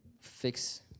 fix